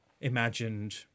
imagined